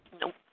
nope